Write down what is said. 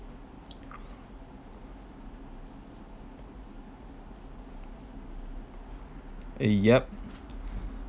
yup